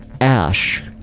ash